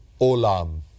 olam